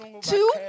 two